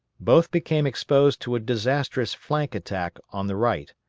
both became exposed to a disastrous flank attack on the right.